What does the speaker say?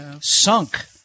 sunk